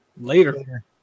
Later